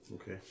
okay